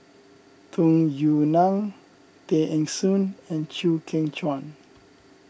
Tung Yue Nang Tay Eng Soon and Chew Kheng Chuan